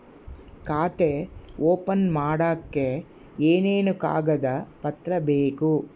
ಖಾತೆ ಓಪನ್ ಮಾಡಕ್ಕೆ ಏನೇನು ಕಾಗದ ಪತ್ರ ಬೇಕು?